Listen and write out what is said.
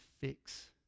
fix